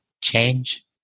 change